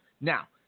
Now